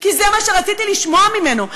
כי זה מה שרציתי לשמוע ממנו.